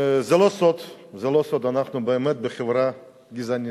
זה לא סוד, זה לא סוד, אנחנו באמת בחברה גזענית.